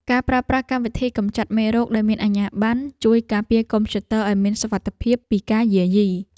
ការប្រើប្រាស់កម្មវិធីកំចាត់មេរោគដែលមានអាជ្ញាប័ណ្ណ ជួយការពារកុំព្យូទ័រឱ្យមានសុវត្ថិភាពពីការយាយី។